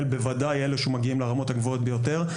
בוודאי אלה שמגיעים לרמות הגבוהות ביותר,